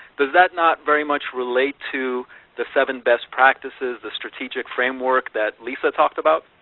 does that not very much relate to the seven best practices, the strategic framework that lisa talked about?